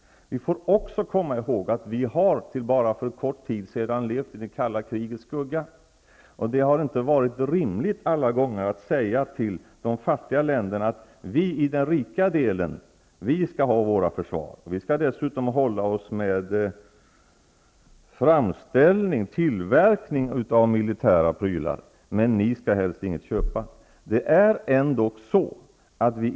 Vi skall också komma ihåg att vi till bara för en kort tid sedan har levt i det kalla krigets skugga. Det har inte alla gånger varit rimligt att säga till de fattiga länderna att vi i den rika delen av världen skall ha vårt försvar och dessutom hålla oss med tillverkning av militära prylar och att de helst inte skall köpa något.